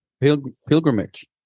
pilgrimage